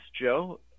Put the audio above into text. Joe